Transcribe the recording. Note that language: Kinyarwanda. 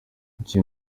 icyo